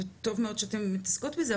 וטוב מאוד שאתן מתעסקות בזה,